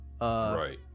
right